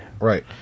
Right